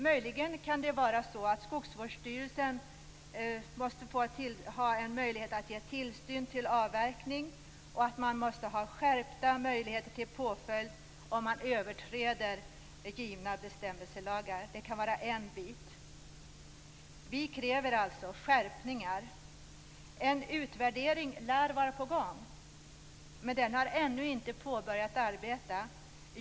Möjligen kan det vara så att skogsvårdsstyrelsen måste ha möjlighet att ge tillstånd till avverkning och att man måste ha skärpta möjligheter till påföljd om givna bestämmelselagar överträds. Det kan vara en bit. Vi kräver alltså skärpningar. En utvärdering lär vara på gång, men detta arbete har ännu inte påbörjats.